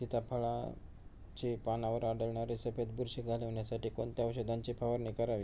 सीताफळाचे पानांवर आढळणारी सफेद बुरशी घालवण्यासाठी कोणत्या औषधांची फवारणी करावी?